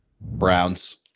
Browns